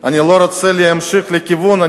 אני לא רוצה להמשיך לכיוון,